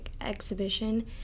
exhibition